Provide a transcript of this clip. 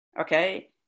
okay